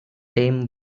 tame